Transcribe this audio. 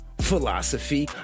philosophy